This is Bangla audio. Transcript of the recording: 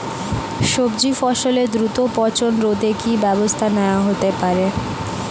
সবজি ফসলের দ্রুত পচন রোধে কি ব্যবস্থা নেয়া হতে পারে?